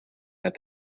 that